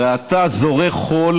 הרי אתה זורה חול